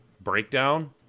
breakdown